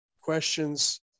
questions